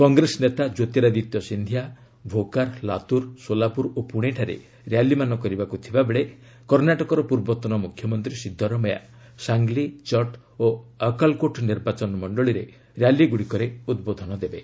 କଂଗ୍ରେସ ନେତା ଜ୍ୟୋତିରାଦିତ୍ୟ ସିନ୍ଧିଆ ଭୋକାର ଲାତୁର ସୋଲାପୁର ଓ ପୁଣେଠାରେ ର୍ୟାଲିମାନ କରିବାକୁ ଥିବା ବେଳେ କର୍ଣ୍ଣାଟକର ପୂର୍ବତନ ମୁଖ୍ୟମନ୍ତ୍ରୀ ସିଦ୍ଦ ରମୟା ସାଙ୍ଗ୍ଲି ଜଟ୍ ଓ ଅକାଲକୋଟ୍ ନିର୍ବାଚନ ମଣ୍ଡଳୀରେ ର୍ୟାଲିଗୁଡ଼ିକରେ ଉଦ୍ବୋଧନ ଦେବେ